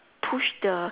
push the